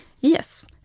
Yes